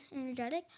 energetic